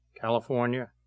california